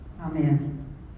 Amen